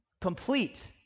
complete